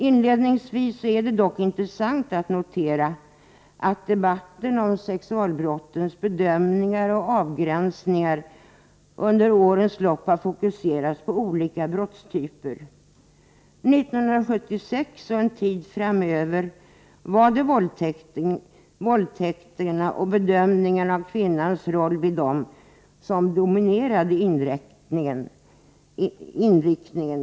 Inledningsvis är det dock intressant att notera, att debatten om sexualbrottens bedömningar och avgränsningar under årens lopp har fokuserats på olika brottstyper. 1976 och en tid framöver var det våldtäkterna och bedömningarna av kvinnans roll vid dem som dominerade inriktningen.